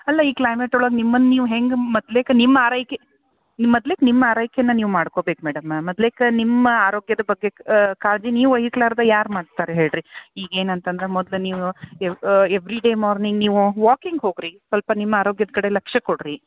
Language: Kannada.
ಅಲ್ಲ ಈ ಕ್ಲೈಮೇಟ್ ಒಳಗೆ ನಿಮ್ಮನ್ನ ನೀವು ಹೆಂಗೆ ಮೊದ್ಲೇಕ ನಿಮ್ಮ ಆರೈಕೆ ಮದ್ಲಿಕ್ಕೆ ನಿಮ್ಮ ಆರೈಕೇನ ನೀವು ಮಾಡ್ಕೋಬೇಕು ಮೇಡಮ ಮೊದ್ಲೇಕ ನಿಮ್ಮ ಅರೋಗ್ಯದ ಬಗ್ಗೆ ಕಾಳಜಿ ನೀವು ವಹಿಸ್ಲಾರ್ದೆ ಯಾರು ಮಾಡ್ತಾರೆ ಹೇಳಿ ರೀ ಈಗ ಏನಂತಂದ್ರೆ ಮದ್ಲು ನೀವು ಎವ್ ಎವ್ರಿ ಡೇ ಮಾರ್ನಿಂಗ್ ನೀವು ವಾಕಿಂಗ್ ಹೋಗಿ ರೀ ಸ್ವಲ್ಪ ನಿಮ್ಮ ಆರೋಗ್ಯದ ಕಡೆ ಲಕ್ಷ್ಯ ಕೊಡಿರಿ